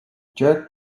jerk